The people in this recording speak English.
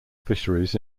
fisheries